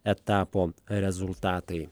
etapo rezultatai